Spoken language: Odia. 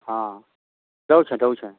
ହଁ ଦେଉଛେଁ ଦେଉଛେଁ